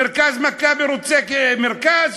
מרכז "מכבי" רוצה מרכז?